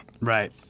Right